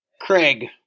Craig